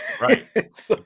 Right